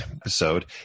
episode